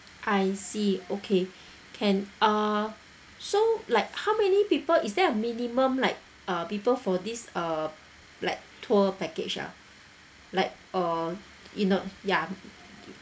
I see okay can uh so like how many people is there a minimum like uh people for this uh like tour package ah like uh in a ya